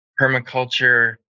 permaculture